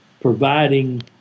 providing